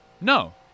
No